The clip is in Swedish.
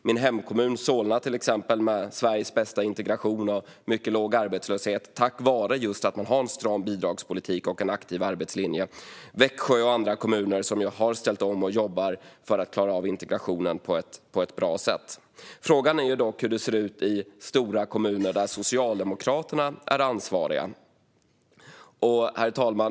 Min hemkommun Solna, till exempel, har Sveriges bästa integration och mycket låg arbetslöshet, just tack vare att man har en stram bidragspolitik och en aktiv arbetslinje. Även Växjö och andra kommuner har ställt om och jobbar för att klara av integrationen på ett bra sätt. Frågan är dock hur det ser ut i stora kommuner där Socialdemokraterna är ansvariga. Herr talman!